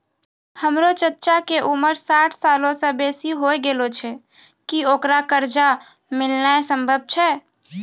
हमरो चच्चा के उमर साठ सालो से बेसी होय गेलो छै, कि ओकरा कर्जा मिलनाय सम्भव छै?